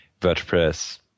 WordPress